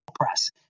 press